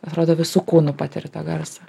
atrodo visu kūnu patiri tą garsą